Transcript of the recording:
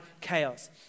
chaos